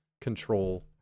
control